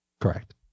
Correct